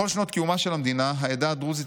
"בכל שנות קיומה של המדינה העדה הדרוזית